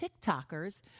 tiktokers